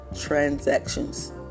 transactions